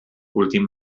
últim